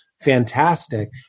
fantastic